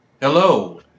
Hello